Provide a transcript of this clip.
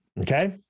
Okay